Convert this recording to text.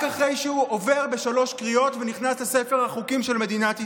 רק אחרי שהוא עובר בשלוש קריאות ונכנס לספר החוקים של מדינת ישראל.